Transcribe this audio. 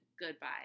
goodbye